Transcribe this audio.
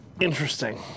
interesting